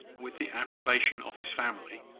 with the approbation of his family,